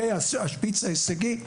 השפיץ ההישגי,